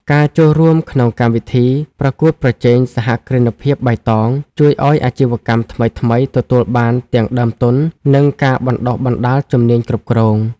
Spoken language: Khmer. ការចូលរួមក្នុងកម្មវិធីប្រកួតប្រជែងសហគ្រិនភាពបៃតង ជួយឱ្យអាជីវកម្មថ្មីៗ ទទួលបានទាំងដើមទុន និងការបណ្ដុះបណ្ដាលជំនាញគ្រប់គ្រង។